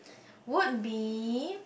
would be